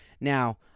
Now